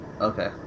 Okay